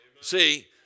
see